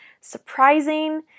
Surprising